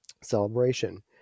celebration